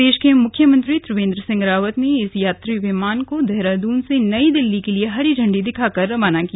प्रदेश के मुख्यमंत्री त्रिवेन्द्र सिंह रावत ने इस यात्री विमान को देहरादून से नई दिल्ली के लिए झण्डी दिखाकर रवाना किया